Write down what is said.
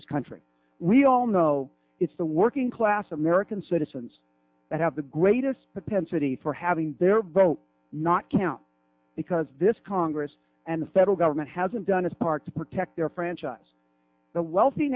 this country we all know it's the working class american citizens that have the greatest propensity for having their vote not count because this congress and the federal government hasn't done its part to protect their franchise the wealthy